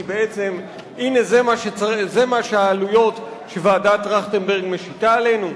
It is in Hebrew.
כי בעצם הנה זה מה שהעלויות שוועדת-טרכטנברג משיתה עלינו,